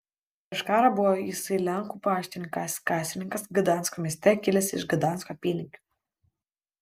prieš karą buvo jisai lenkų paštininkas kasininkas gdansko mieste kilęs iš gdansko apylinkių